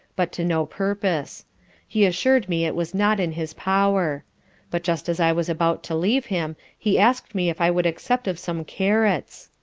but to no purpose he assur'd me it was not in his power but just as i was about to leave him, he asked me if i would accept of some carrots?